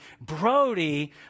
Brody